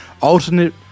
alternate